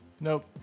Nope